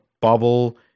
bubble